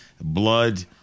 blood